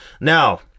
Now